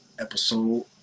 episode